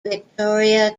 victoria